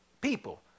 people